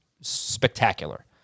spectacular